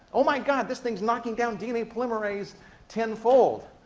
oh, my god! this thing's knocking down dna polymerase tenfold!